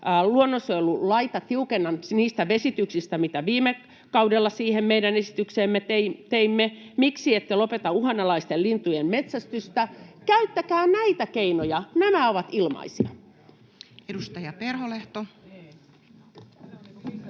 luonnonsuojelulakia siten kuin viime kaudella siihen meidän esitykseemme teimme? Miksi ette lopeta uhanalaisten lintujen metsästystä? Käyttäkää näitä keinoja. Nämä ovat ilmaisia. [Speech